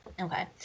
Okay